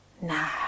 Nah